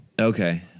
Okay